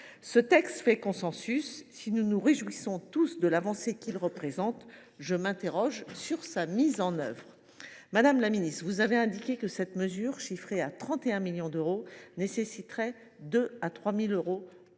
Ce texte fait consensus. Si nous nous réjouissons tous de l’avancée qu’il représente, je m’interroge sur sa mise en œuvre. Madame la ministre, vous avez indiqué que cette mesure, chiffrée à 31 millions d’euros, nécessiterait entre 2 000 et 3 000